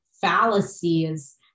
fallacies